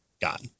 God